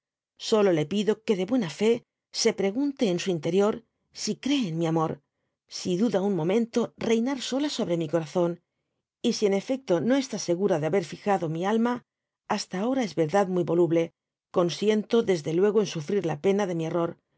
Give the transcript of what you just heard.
solo le pido que de buena f se pregunte en su interior si cree en mi amor si duda un momento reynar sola sobre mi corazón y si en efecto no está segura de haber fijado mi ahna hasta ahora es verdad muy voluble consiento desde luego en sufrir la pena de mi error